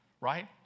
right